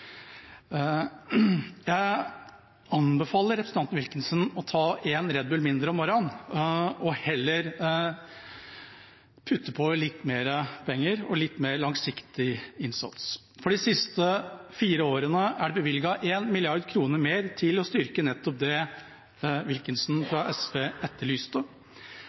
Jeg anbefaler representanten Wilkinson å ta én Red Bull mindre om morgenen og heller putte på litt mer penger og litt mer langsiktig innsats. De siste fire årene er det bevilget 1 mrd. kr mer til å styrke nettopp det Wilkinson fra SV etterlyste.